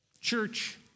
Church